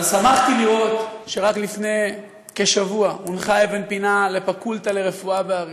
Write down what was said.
אבל שמחתי לראות שרק לפני כשבוע הונחה אבן פינה לפקולטה לרפואה באריאל.